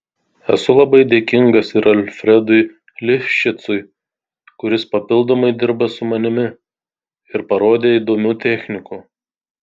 esu labai dėkingas ir alfredui lifšicui kuris papildomai dirba su manimi ir parodė įdomių technikų